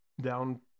down